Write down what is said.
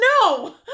no